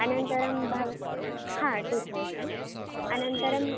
अनन्तरं भव हा टु थौसण्ड् अनन्तरं